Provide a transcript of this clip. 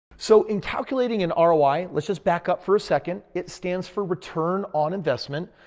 so, in calculating an ah roi, let's just back up for a second. it stands for return on investment.